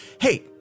Hey